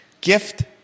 Gift